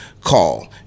Call